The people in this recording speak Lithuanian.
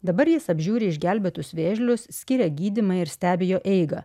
dabar jis apžiūri išgelbėtus vėžlius skiria gydymą ir stebi jo eigą